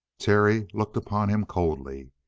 terry looked upon him coldly.